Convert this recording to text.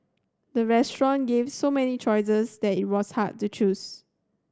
the restaurant gave so many choices that it was hard to choose